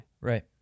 Right